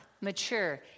mature